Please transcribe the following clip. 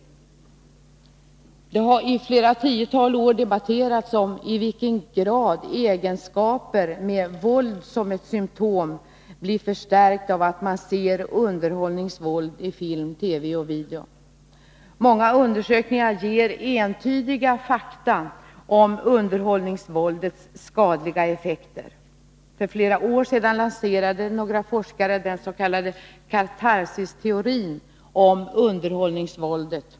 Det har i flera tiotal år debatterats i vilken grad egenskaper med våld som ett symtom blir förstärkt av att man ser underhållningsvåld i film, TV och video. Många undersökningar ger entydiga fakta om underhållningsvåldets skadliga effekter. För flera år sedan lanserade några forskare den s.k. katharsisteorin om underhållningsvåldet.